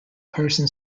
person